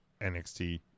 NXT